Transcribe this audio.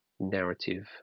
narrative